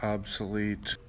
Obsolete